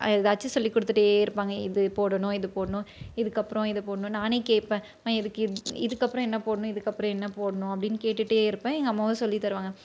ஏதாச்சும் சொல்லி கொடுத்துட்டே இருப்பாங்க இது போடணும் இது போடணும் இதுக்கு அப்புறம் இது போடணும் நானே கேட்பேன் இதுக்கு அப்புறம் என்ன போடணும் இதுக்கு அப்புறம் என்ன போடணும் அப்படின்னு கேட்டுகிட்டே இருப்பேன் எங்கள் அம்மாவும் சொல்லி தருவாங்க